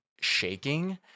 shaking